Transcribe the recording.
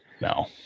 No